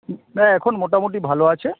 না এখন মোটামুটি ভালো আছে